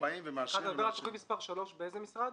ההנחות הייעודיות זה משהו היסטורי שעבר.